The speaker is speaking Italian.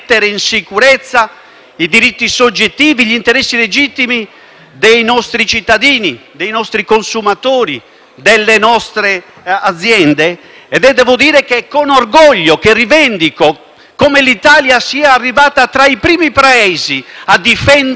dei nostri cittadini, consumatori e aziende. È con orgoglio che rivendico come l'Italia sia arrivata tra i primi Paesi a difendere giuridicamente gli interessi dei propri cittadini davanti